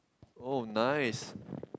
oh nice